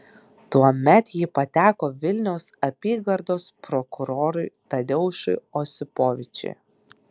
tuomet ji pateko vilniaus apygardos prokurorui tadeušui osipovičiui